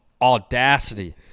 audacity